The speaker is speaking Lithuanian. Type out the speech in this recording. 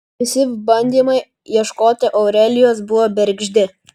visi bandymai ieškoti aurelijos buvo bergždi